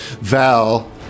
val